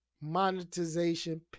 monetization